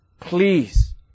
Please